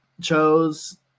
chose